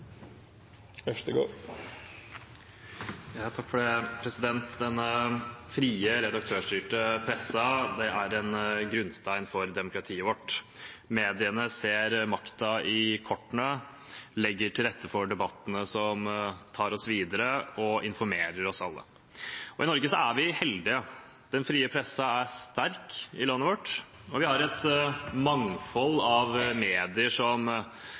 Den frie, redaktørstyrte pressen er en grunnstein for demokratiet vårt. Mediene ser makta i kortene, legger til rette for debattene som tar oss videre, og informerer oss alle. I Norge er vi heldige. Den frie pressen er sterk i landet vårt, og vi har et mangfold av medier som